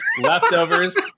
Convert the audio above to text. leftovers